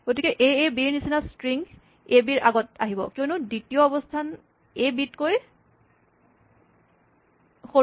গতিকে এএবি ৰ নিচিনা ষ্ট্ৰিং এবি ৰ আগত আহিব কিয়নো দ্বিতীয় অৱস্হান এ বি ত কৈ সৰু